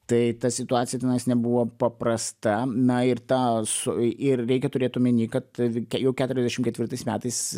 tai ta situacija tenais nebuvo paprasta na ir tą su ir reikia turėt omeny kad jau keturiasdešim ketvirtais metais